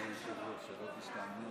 אדוני היושב-ראש, שלא תשתעמם,